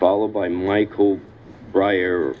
followed by michael bri